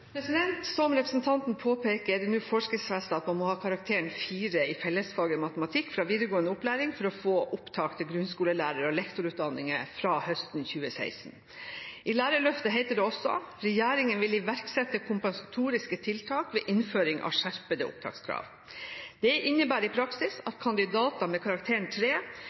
Som representanten påpeker, er det nå forskriftsfestet at man må ha karakteren 4,0 i fellesfaget i matematikk fra videregående opplæring for å få opptak til grunnskolelærerutdanninger og lektorutdanninger fra høsten 2016. I Lærerløftet heter det også: «Regjeringen vil iverksette kompensatoriske tiltak ved innføring av skjerpede opptakskrav.» Det innebærer i praksis at kandidater med karakteren